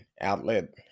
outlet